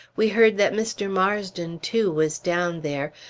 we heard that mr. marsden, too, was down there,